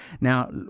Now